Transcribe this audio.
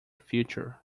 future